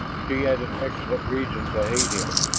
she had an excellent reason to hate him,